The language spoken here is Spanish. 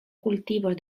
cultivos